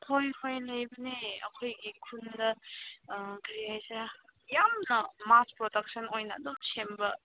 ꯍꯣꯏ ꯍꯣꯏ ꯂꯩꯕꯅꯦ ꯑꯩꯈꯣꯏꯒꯤ ꯈꯨꯟꯗ ꯀꯔꯤ ꯍꯥꯏꯁꯤꯔꯥ ꯌꯥꯝꯅ ꯃꯥꯁ ꯄ꯭ꯔꯗꯛꯁꯟ ꯑꯣꯏꯅ ꯑꯗꯨꯝ ꯁꯦꯝꯕ